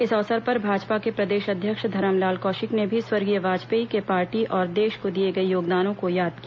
इस अवसर पर भाजपा के प्रदेश अध्यक्ष धरमलाल कौशिक ने भी स्वर्गीय वाजपेयी के पार्टी और देश को दिए गए योगदानों को याद किया